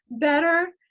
better